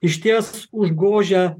išties užgožia